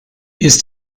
ist